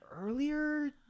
earlier